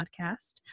podcast